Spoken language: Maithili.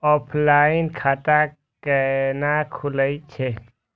ऑफलाइन खाता कैना खुलै छै?